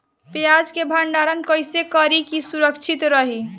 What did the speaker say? प्याज के भंडारण कइसे करी की सुरक्षित रही?